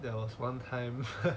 there was one time